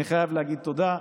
אני חייב להגיד תודה,